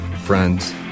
friends